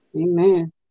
Amen